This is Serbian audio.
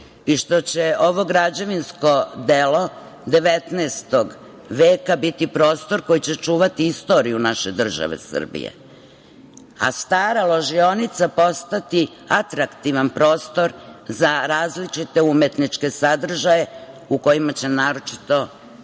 i što će ovo građevinsko delo 19. veka biti prostor koji će čuvati istoriju naše države Srbije, a stara ložionica postati atraktivan prostor za različite umetničke sadržaje u kojima će naročito